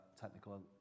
technical